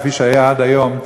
כפי שהיה עד היום,